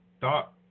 dot